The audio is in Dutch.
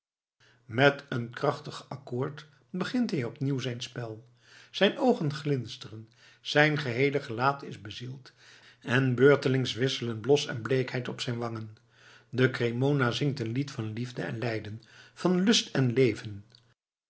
met een krachtig akkoord begint hij opnieuw zijn spel zijn oogen glinsteren zijn geheele gelaat is bezield en beurtelings wisselen blos en bleekheid op zijn wangen de cremona zingt een lied van liefde en lijden van lust en leven